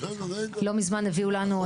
לא מזמן הביאו לנו,